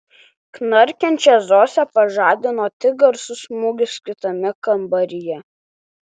knarkiančią zosę pažadino tik garsus smūgis kitame kambaryje